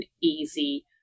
easy